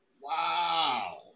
Wow